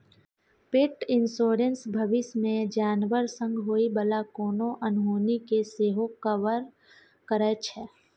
पेट इन्स्योरेन्स भबिस मे जानबर संग होइ बला कोनो अनहोनी केँ सेहो कवर करै छै